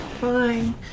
Fine